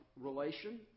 relation